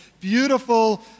beautiful